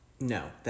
No